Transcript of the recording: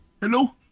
Hello